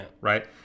right